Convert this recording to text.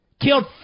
killed